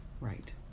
Right